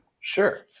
Sure